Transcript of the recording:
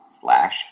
slash